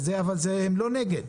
להיות בשנת התקציב הזאת והעבירו למרכז